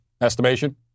estimation